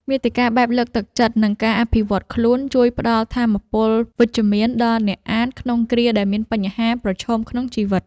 មាតិកាបែបលើកទឹកចិត្ត និងការអភិវឌ្ឍខ្លួន ជួយផ្តល់ថាមពលវិជ្ជមានដល់អ្នកអានក្នុងគ្រាដែលមានបញ្ហាប្រឈមក្នុងជីវិត។